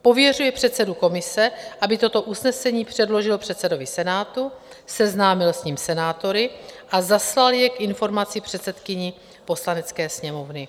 pověřuje předsedu komise, aby toto usnesení předložil předsedovi Senátu, seznámil s ním senátory a zaslal jej k informaci předsedkyni Poslanecké sněmovny.